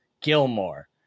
Gilmore